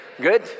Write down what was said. Good